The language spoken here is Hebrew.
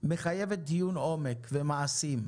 מחייבת דיון עומק ומעשים.